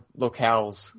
locales